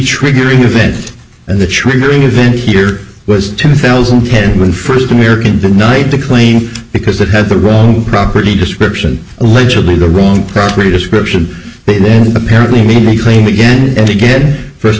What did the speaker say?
triggering event and the triggering event here was two thousand and ten when first american night the plane because it had the wrong property description allegedly the wrong property description but apparently many claim again and again first